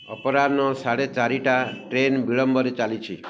ଅପରାହ୍ନ ସାଢ଼େ ଚାରିଟା ଟ୍ରେନ୍ ବିଳମ୍ବରେ ଚାଲିଛି